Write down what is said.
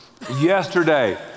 Yesterday